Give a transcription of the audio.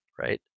right